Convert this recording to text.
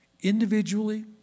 individually